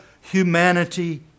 humanity